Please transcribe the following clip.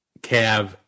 Cav